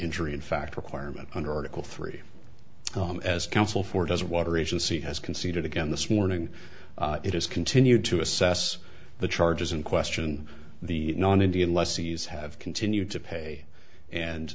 injury and fact requirement under article three as counsel for does water agency has conceded again this morning it has continued to assess the charges and question the non indian lessees have continued to pay and